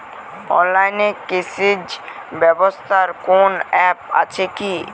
অনলাইনে কৃষিজ ব্যবসার কোন আ্যপ আছে কি?